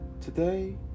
Today